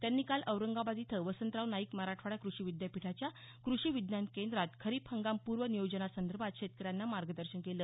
त्यांनी काल औरंगाबाद इथं वसंतराव नाईक मराठवाडा कृषी विद्यापीठाच्या कृषी विज्ञान केंद्रात खरीप हंगाम पूर्व नियोजना संदर्भात शेतकऱ्यांना मार्गदर्शन केलं